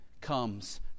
comes